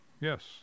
yes